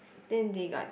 then they got